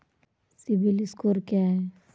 CIBIL score क्या है?